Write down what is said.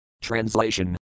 Translation